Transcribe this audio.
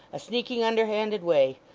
a sneaking, underhanded way.